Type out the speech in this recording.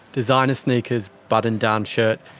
designer sneakers, button-down shirt.